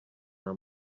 nta